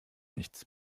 nichts